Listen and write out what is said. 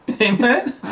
Amen